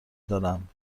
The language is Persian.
دارم